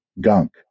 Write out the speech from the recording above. gunk